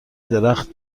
درخت